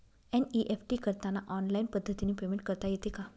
NEFT करताना online पद्धतीने payment करता येते का?